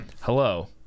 Hello